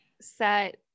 set